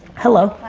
hello. hi.